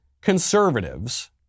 conservatives